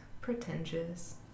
pretentious